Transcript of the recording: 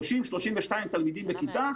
30-32 תלמידים בכיתה,